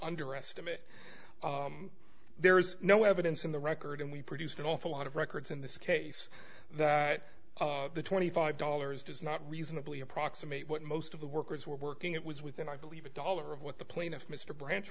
underestimate there is no evidence in the record and we produced an awful lot of records in this case that the twenty five dollars does not reasonably approximate what most of the workers were working it was within i believe a dollar of what the plaintiff mr branch